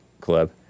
club